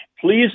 Please